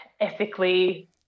ethically